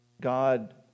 God